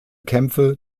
kämpfe